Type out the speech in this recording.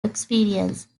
experience